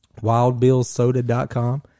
Wildbillsoda.com